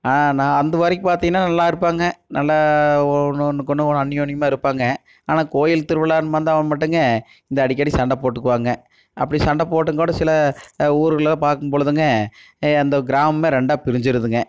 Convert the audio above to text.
ஆனால் அந்தமாரிக்கு பார்த்தீங்கனா நல்லா இருப்பாங்க நல்லா ஒன்று ஒன்றுக்கு ஒன்று அன்னியோனியமாக இருப்பாங்க ஆனால் கோவில் திருவிழான்னு வந்தால் மட்டுங்க இந்த அடிக்கடி சண்டை போட்டுக்குவாங்க அப்படி சண்டை போட்டும் கூட சில ஊரில் பார்க்கும் பொழுதுங்க அந்த கிராமம் ரெண்டாக பிரிஞ்சிருதுங்க